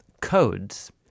codes